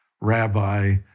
rabbi